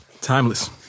Timeless